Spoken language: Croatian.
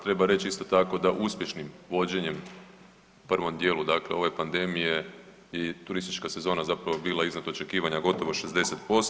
Treba reći isto tako da uspješnim vođenjem u prvom dijelu dakle ove pandemije i turistička sezona zapravo je bila iznad očekivanja, gotovo 60%